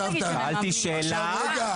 שאלתי שאלה,